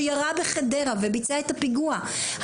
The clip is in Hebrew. שירה בחדרה וביצע את הפיגוע,